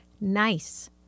nice